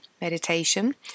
meditation